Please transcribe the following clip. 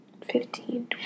fifteen